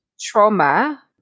trauma